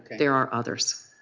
there are others.